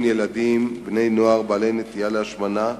ילדים ובני נוער בעלי נטייה להשמנה,